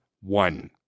one